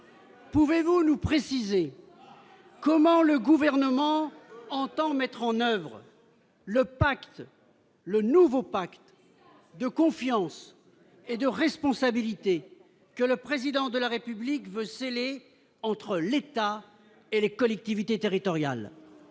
Pouvez-vous nous préciser comment le gouvernement entend mettre en oeuvre le pacte le nouveau pacte de confiance et de responsabilité que le président de la République veut sceller entre l'État et les collectivités territoriales.